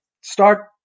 start